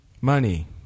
money